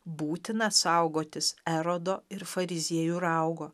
būtina saugotis erodo ir fariziejų raugo